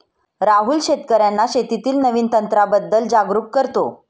राहुल शेतकर्यांना शेतीतील नवीन तंत्रांबद्दल जागरूक करतो